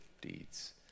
deeds